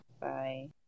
Bye